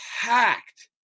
packed